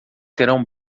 serão